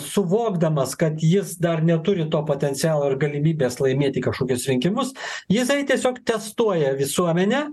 suvokdamas kad jis dar neturi to potencialo ir galimybės laimėti kažkokius rinkimus jisai tiesiog testuoja visuomenę